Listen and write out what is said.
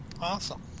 Awesome